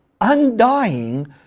undying